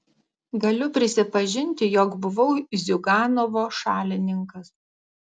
galiu prisipažinti jog buvau ziuganovo šalininkas